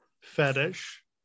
fetish